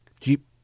Jeep